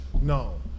No